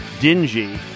dingy